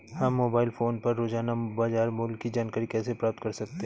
हम mobile phone पर रोजाना बाजार मूल्य की जानकारी कैसे प्राप्त कर सकते हैं?